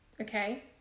okay